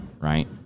Right